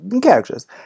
characters